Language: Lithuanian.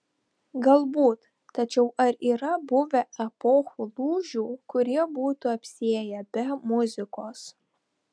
galbūt tačiau ar yra buvę epochų lūžių kurie būtų apsiėję be muzikos